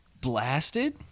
blasted